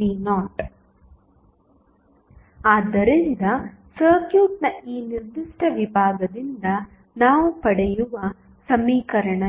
5va480v0 ಆದ್ದರಿಂದ ಸರ್ಕ್ಯೂಟ್ನ ಈ ನಿರ್ದಿಷ್ಟ ವಿಭಾಗದಿಂದ ನಾವು ಪಡೆಯುವ ಸಮೀಕರಣ ಇದು